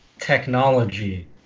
technology